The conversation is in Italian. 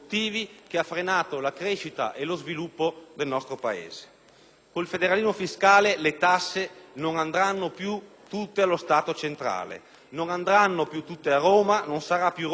Con il federalismo fiscale le tasse non andranno più tutte allo Stato centrale, non andranno più tutte a Roma, non sarà più Roma a decidere su tutto e non sarà più Roma a decidere per tutti.